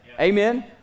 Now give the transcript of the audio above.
Amen